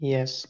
Yes